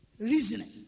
reasoning